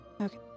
Okay